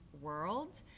world